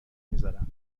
میذارم